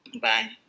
Bye